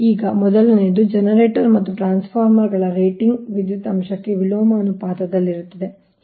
ಈಗ ಮೊದಲನೆಯದು ಜನರೇಟರ್ಗಳು ಮತ್ತು ಟ್ರಾನ್ಸ್ಫಾರ್ಮರ್ ಗಳ ರೇಟಿಂಗ್ ವಿದ್ಯುತ್ ಅಂಶಕ್ಕೆ ವಿಲೋಮ ಅನುಪಾತದಲ್ಲಿರುತ್ತದೆ